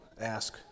ask